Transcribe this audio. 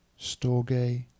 storge